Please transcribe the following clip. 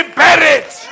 buried